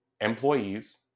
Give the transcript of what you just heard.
employees